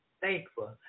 Thankful